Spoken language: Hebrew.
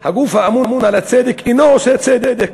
אחרון: הגוף האמון על הצדק אינו עושה צדק.